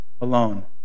alone